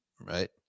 right